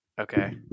Okay